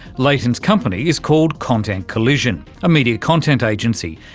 leighton's company is called content collision, a media content agency,